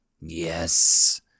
Yes